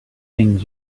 things